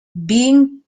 being